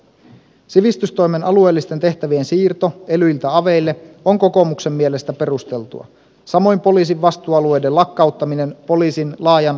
sivistystoimen alueellisten tehtävien siirto elyiltä aveille on kokoomuksen mielestä perusteltua samoin poliisin vastuualueiden lakkauttaminen poliisin laajan rakenneuudistuksen yhteydessä